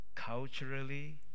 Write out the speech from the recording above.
Culturally